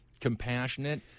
compassionate